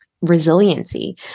resiliency